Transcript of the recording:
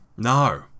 no